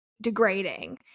degrading